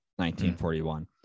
1941